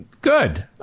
good